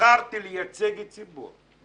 נבחרתי לייצג ציבור,